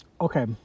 okay